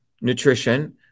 nutrition